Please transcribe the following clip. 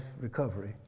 Recovery